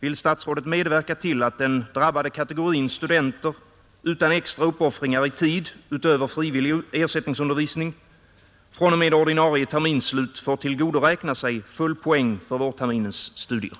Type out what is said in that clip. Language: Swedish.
Vill statsrådet medverka till att den drabbade kategorin utan extra uppoffringar i tid fr.o.m. ordinarie terminsslut får tillgodoräkna sig full poäng för vårterminens studier?